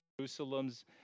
Jerusalem's